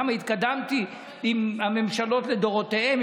כמה התקדמתי עם הממשלות לדורותיהן,